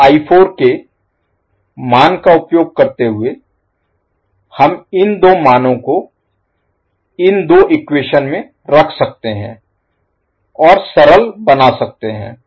और के मान का उपयोग करते हुए हम इन दो मानों को इन दो इक्वेशन में रख सकते हैं और सरल बना सकते हैं